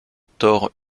thor